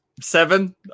Seven